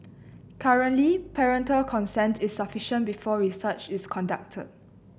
currently parental consent is sufficient before research is conducted